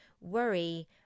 worry